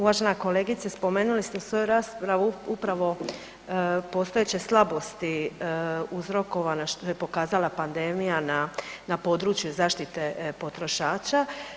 Uvažena kolegice spomenuli ste u svojoj raspravi upravo postojeće slabosti uzrokovane što je pokazala pandemija na području zaštite potrošača.